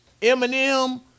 Eminem